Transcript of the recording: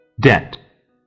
Debt